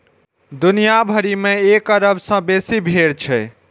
दुनिया भरि मे एक अरब सं बेसी भेड़ छै